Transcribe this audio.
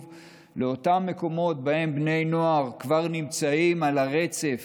באותם מקומות שבהם בני נוער כבר נמצאים על הרצף